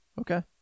Okay